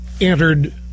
entered